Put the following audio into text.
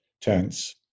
tense